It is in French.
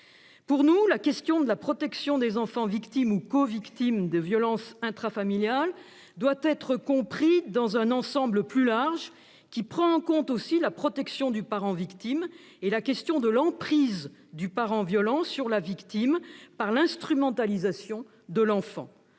Pour nous, la question de la protection des enfants victimes ou covictimes de violences intrafamiliales doit être comprise dans un ensemble plus large, qui prend en compte aussi la protection du parent victime et la question de l'emprise du parent violent sur la victime par l'instrumentalisation de l'enfant.